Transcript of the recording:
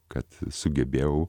kad sugebėjau